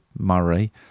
Murray